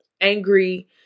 angry